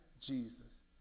Jesus